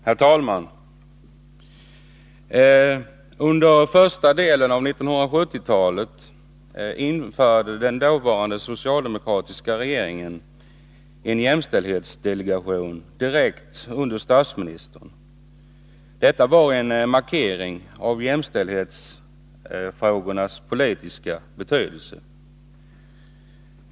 Herr talman! Under första delen av 1970-talet inrättade den dåvarande socialdemokratiska regeringen en jämställdhetsdelegation direkt under statsministern. Detta var en markering av jämställdhetsfrågornas politiska betydelse.